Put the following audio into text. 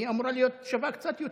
היא אמורה להיות שווה קצת יותר.